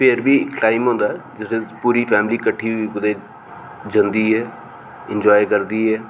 फिर बी टाइम होंदा ऐ जिस च पूरी फैमली किट्ठे होइयै कुतै जंदी ऐ एंजाय करदी ऐ